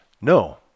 No